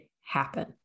happen